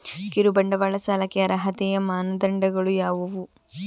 ಕಿರುಬಂಡವಾಳ ಸಾಲಕ್ಕೆ ಅರ್ಹತೆಯ ಮಾನದಂಡಗಳು ಯಾವುವು?